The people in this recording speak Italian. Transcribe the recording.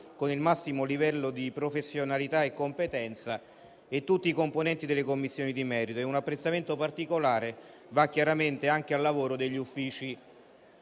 con il massimo livello di professionalità e competenza e tutti i componenti delle Commissioni di merito. Un apprezzamento particolare va, chiaramente, anche al lavoro degli Uffici